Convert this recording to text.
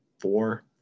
four